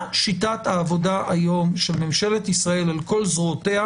מה שיטת העבודה היום של ממשלת ישראל על כל זרועותיה